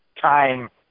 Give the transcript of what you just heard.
time